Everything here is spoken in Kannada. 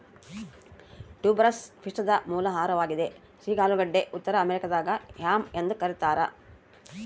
ಟ್ಯೂಬರಸ್ ಪಿಷ್ಟದ ಮೂಲ ಆಹಾರವಾಗಿದೆ ಸಿಹಿ ಆಲೂಗಡ್ಡೆ ಉತ್ತರ ಅಮೆರಿಕಾದಾಗ ಯಾಮ್ ಎಂದು ಕರೀತಾರ